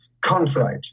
contrite